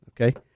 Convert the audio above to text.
Okay